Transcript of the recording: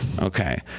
Okay